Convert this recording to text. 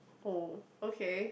oh okay